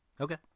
Okay